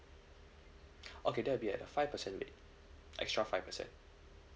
okay there will be a five percent rate extra five percent